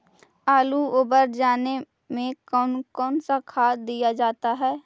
आलू ओवर जाने में कौन कौन सा खाद दिया जाता है?